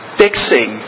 fixing